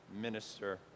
minister